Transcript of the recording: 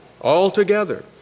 altogether